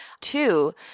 Two